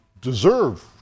deserve